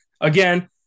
Again